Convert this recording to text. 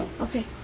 Okay